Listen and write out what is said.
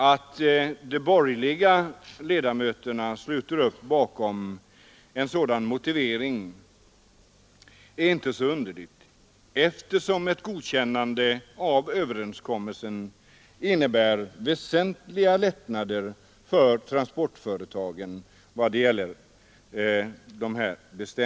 Att de borgerliga ledamöterna sluter upp bakom en sådan motivering är inte så underligt, eftersom ett godkännan de av överenskommelsen innebär väsentliga lättnader för transportföretagen.